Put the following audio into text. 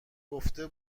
گفته